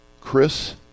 Chris